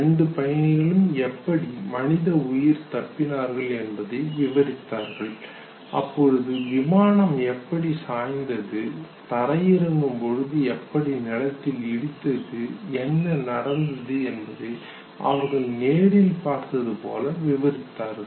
இரண்டு பயணிகளும் எப்படி மனித உயிர் தப்பினார்கள் என்பதை விவரித்தார்கள் அப்போது விமானம் எப்படி சாய்ந்தது தரையிறங்கும் போது எப்படி நிலத்தில் இடித்தது என்ன நடந்தது என்பதை அவர்கள் நேரில் பார்த்தது போல விவரித்தார்கள்